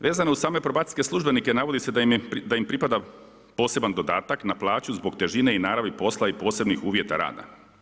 Vezano uz same probacijske službenike, navodi se da im pripada poseban dodatak na plaću zbog težine i naravi posla i posebnih uvjeta rada.